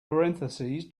parentheses